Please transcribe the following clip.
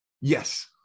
Yes